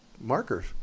markers